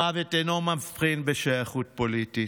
המוות אינו מבחין בשייכות פוליטית,